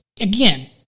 Again